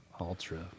Ultra